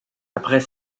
après